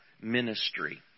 ministry